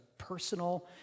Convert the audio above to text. personal